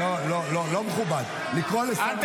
לא, לא, לא, לא מכובד לקרוא לשר שקרן.